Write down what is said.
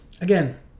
Again